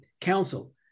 Council